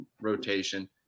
rotation